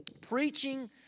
preaching